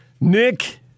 Nick